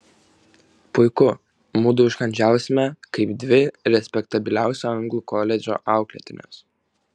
puiku mudu užkandžiausime kaip dvi respektabiliausio anglų koledžo auklėtinės